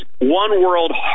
one-world